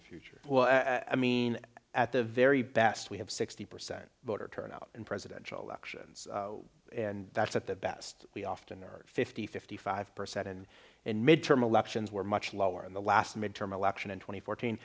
the future well i mean at the very best we have sixty percent voter turnout in presidential elections and that's at the best we often heard fifty fifty five percent and in midterm elections were much lower in the last midterm election and twenty fourteen